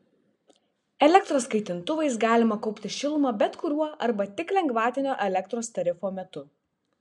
elektros kaitintuvais galima kaupti šilumą bet kuriuo arba tik lengvatinio elektros tarifo metu